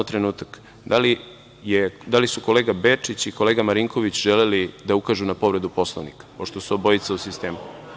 Da li su kolega Bačić i kolega Marinković želeli da ukažu na povredu Poslovnika, pošto su obojica u sistemu?